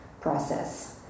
process